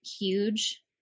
huge